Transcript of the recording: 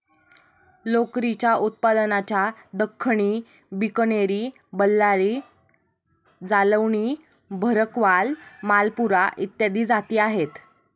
लोकरीच्या उत्पादनाच्या दख्खनी, बिकनेरी, बल्लारी, जालौनी, भरकवाल, मालपुरा इत्यादी जाती आहेत